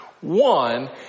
One